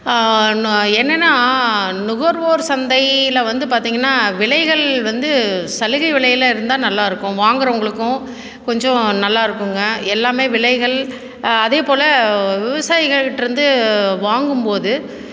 னோ என்னனா நுகர்வோர் சந்தையில் வந்து பார்த்திங்கன்னா விலைகள் வந்து சலுகை விலையில் இருந்தால் நல்லா இருக்கும் வாங்குகிறவங்களுக்கும் கொஞ்சம் நல்லா இருக்குங்க எல்லாமே விலைகள் அதே போல் விவசாயிங்ககிட்டருந்து வாங்கும் போது